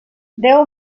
déu